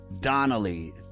Donnelly